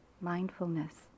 mindfulness